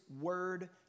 word